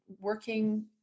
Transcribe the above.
working